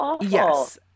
Yes